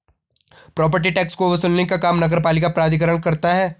property tax को वसूलने का काम नगरपालिका प्राधिकरण करता है